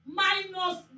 minus